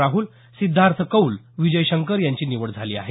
राहुल सिध्दार्थ कौल विजय शंकर यांची निवड झाली आहे